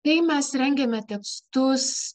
kai mes rengiame tekstus